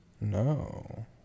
No